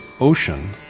ocean